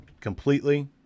completely